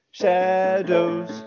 shadows